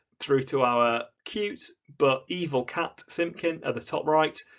through to our cute but evil cat simpkin at the top right,